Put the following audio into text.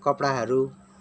कपडाहरू